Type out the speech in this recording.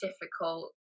difficult